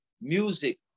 Music